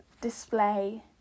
display